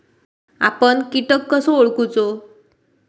आपन कीटक कसो ओळखूचो?